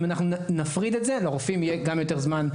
אם נפריד את זה אז גם לרופאים יהיה יותר זמן,